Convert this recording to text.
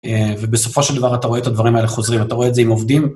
ובסופו של דבר אתה רואה את הדברים האלה חוזרים, אתה רואה את זה עם עובדים.